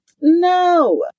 No